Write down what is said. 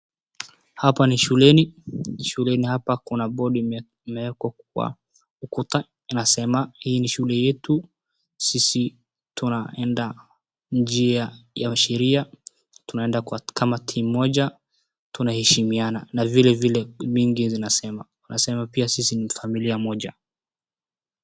Hapa ni shuleni. Shuleni hapa kuna bodi imewekwa kwa ukuta inasema hii ni shule yetu, sisi tunaenda njia ya sheria, tunaenda kama team moja, tunaheshimiana. Na vile vile inasema pia sisi ni familia moje.